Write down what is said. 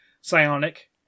psionic